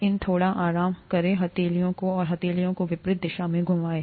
इनथोड़ा आराम करें हथेलियों को और हथेलियों को विपरीत दिशाओं में घुमाएं